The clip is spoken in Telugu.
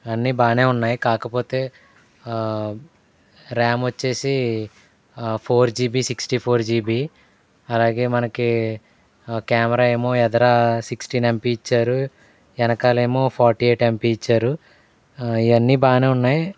అన్నీ బాగానే ఉన్నాయి కాకపోతే ర్యామ్ వచ్చేసి four GB sixty four GB అలాగే మనకి కెమెరా ఏమో ఎదుట సిక్స్టీన్ ఎంపి ఇచ్చారు వెనకాల ఏమో ఫార్టీ ఎయిట్ ఎంపి ఇచ్చారు ఇవన్నీ బాగానే ఉన్నాయి